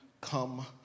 come